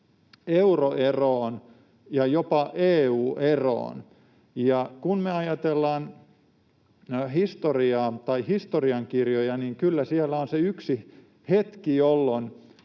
euroeroon ja jopa EU-eroon. Kun me ajatellaan historiaa tai historiankirjoja, niin kyllä siellä on se yksi hetki, jolloin